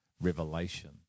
revelation